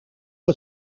het